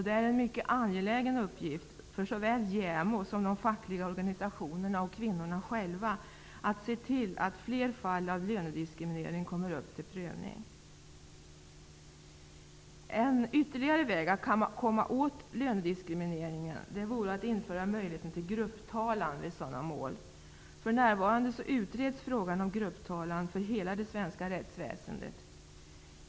Det är en mycket angelägen uppgift för såväl JämO som de fackliga organisationerna och kvinnorna själva, att se till att fler fall av lönediskriminering kommer upp till prövning. En ytterligare väg att komma åt lönediskriminering vore att införa möjlighet till grupptalan vid sådana mål. För närvarande utreds frågan om grupptalan inom hela det svenska rättsväsendet.